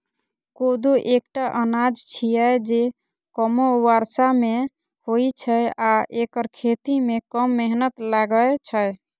कोदो एकटा अनाज छियै, जे कमो बर्षा मे होइ छै आ एकर खेती मे कम मेहनत लागै छै